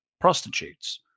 prostitutes